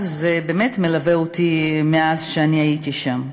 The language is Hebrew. אגב, זה באמת מלווה אותי מאז שהייתי שם.